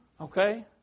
Okay